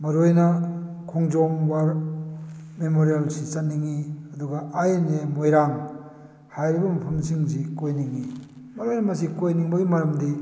ꯃꯔꯨ ꯑꯣꯏꯅ ꯈꯣꯡꯖꯣꯝ ꯋꯥꯔ ꯃꯦꯃꯣꯔꯤꯌꯦꯜꯁꯤ ꯆꯠꯅꯤꯡꯏ ꯑꯗꯨꯒ ꯑꯥꯏ ꯑꯦꯟ ꯑꯦ ꯃꯣꯏꯔꯥꯡ ꯍꯥꯏꯔꯤꯕ ꯃꯐꯝꯁꯤꯡꯁꯤ ꯀꯣꯏꯅꯤꯡꯏ ꯃꯔꯨ ꯑꯣꯏꯅ ꯃꯁꯤ ꯀꯣꯏꯅꯤꯡꯕꯒꯤ ꯃꯔꯝꯗꯤ